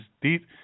deep